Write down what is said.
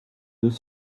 deux